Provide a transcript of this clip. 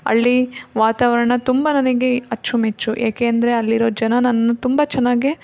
ಹಳ್ಳಿ ವಾತಾವರಣ ತುಂಬ ನನಗೆ ಅಚ್ಚುಮೆಚ್ಚು ಏಕೆಂದರೆ ಅಲ್ಲಿರೋ ಜನ ನನ್ನ ತುಂಬ ಚೆನ್ನಾಗಿ